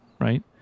right